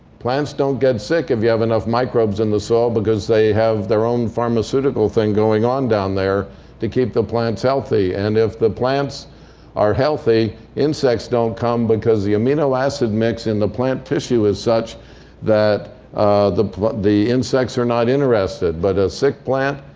plants don't get sick if you have enough microbes in the soil because they have their own pharmaceutical thing going on down there to keep the plants healthy. and if the plants are healthy, insects don't come because the amino acid mix in the plant tissue is such that the the insects are not interested. but a sick plant,